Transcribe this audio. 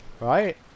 Right